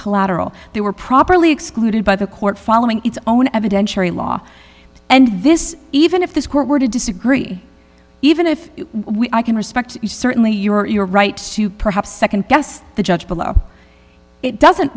collateral they were properly excluded by the court following its own evidentiary law and this even if this court were to disagree even if we i can respect you certainly you're right to perhaps second guess the judge below it doesn't